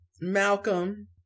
malcolm